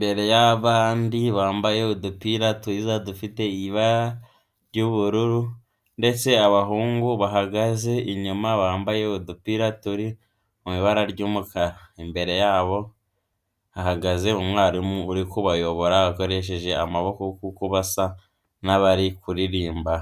bere y'abandi bambaye udupira twiza dufite ibara ry'ubururu ndetse abahungu bahagaze inyuma bambaye udupira turi mu ibara ry'umukara. Imbere yabo hahagaze umwarimu uri kubayobora akoresheje amaboko kuko basa n'abari kuririmba.